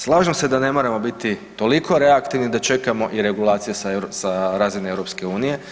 Slažem se da ne moramo biti toliko reaktivni da čekamo i regulacije sa razine EU.